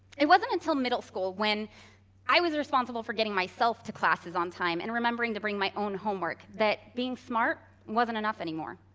it wasn't until middle school, when i was responsible for getting myself to classes on time and remembering to bring my own homework, that being smart wasn't enough anymore,